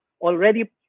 already